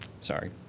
Sorry